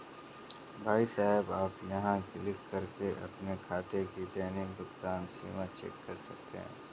भाई साहब आप यहाँ क्लिक करके अपने खाते की दैनिक भुगतान सीमा चेक कर सकते हैं